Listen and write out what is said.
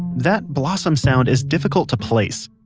that blossom sound is difficult to place.